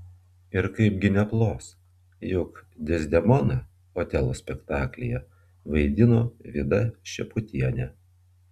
ir kaipgi neplos juk dezdemoną otelo spektaklyje vaidino vida šeputienė